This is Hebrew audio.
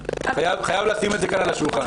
אני חייב לשים את זה כאן על השולחן.